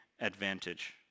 advantage